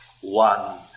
one